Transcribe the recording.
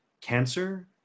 cancer